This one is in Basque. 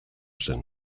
zen